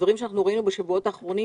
דברים שראינו בשבועות האחרונים.